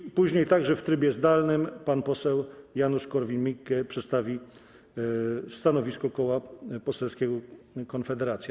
I później, także w trybie zdalnym, pan poseł Janusz Korwin-Mikke przedstawi stanowisko Koła Poselskiego Konfederacja.